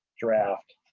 draft.